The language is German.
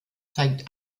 zeigt